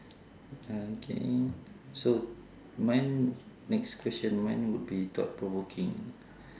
okay so mine next question mine would be thought provoking